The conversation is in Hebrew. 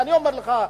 אני אומר לך,